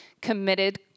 committed